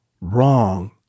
wrong